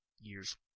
years